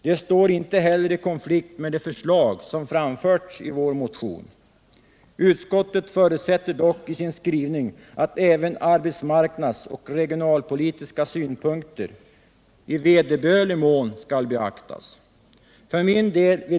De står inte heller i konflikt med de förslag som framförts i vår motion. Utskottet förutsätter dock i sin skrivning att även arbetsmarknadsoch regionalpolitiska synpunkter i vederbörlig mån skall beaktas.